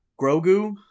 Grogu